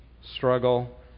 struggle